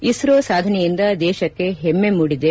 ಇಸ್ತೋ ಸಾಧನೆಯಿಂದ ದೇಶಕ್ಕೆ ಹೆಮ್ನೆ ಮೂಡಿದೆ